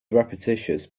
repetitious